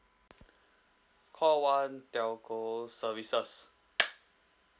call one telco services